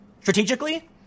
strategically